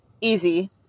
easy